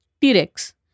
T-Rex